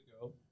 go